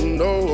no